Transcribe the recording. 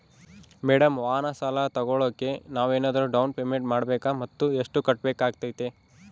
Madam ವಾಹನ ಸಾಲ ತೋಗೊಳೋಕೆ ನಾವೇನಾದರೂ ಡೌನ್ ಪೇಮೆಂಟ್ ಮಾಡಬೇಕಾ ಮತ್ತು ಎಷ್ಟು ಕಟ್ಬೇಕಾಗ್ತೈತೆ?